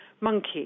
monkey